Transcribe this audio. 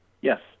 Yes